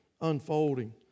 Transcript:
unfolding